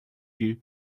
you